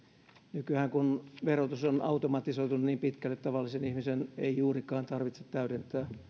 nykyään kun verotus on automatisoitu niin pitkälle tavallisen ihmisen ei juurikaan tarvitse täydentää